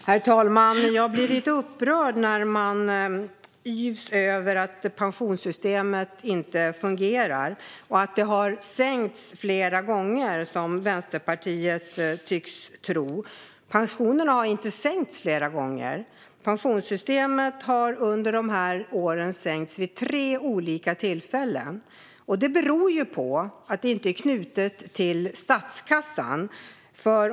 Herr talman! Jag blir lite upprörd när man yvs över att pensionssystemet inte fungerar och att pensionerna har sänkts flera gånger, som Vänsterpartiet tycks tro. Pensionerna har inte sänkts flera gånger. Pensionssystemet har under de här åren sänkts vid tre olika tillfällen. Det beror på att det inte är knutet till statskassan.